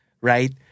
right